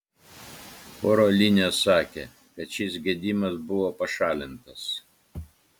oro linijos sakė kad šis gedimas buvo pašalintas